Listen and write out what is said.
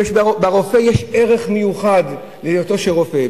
ברופא יש ערך מיוחד, בהיותו רופא.